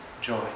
joy